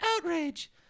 outrage